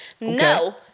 No